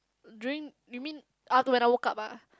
dream you mean ah when I woke up ah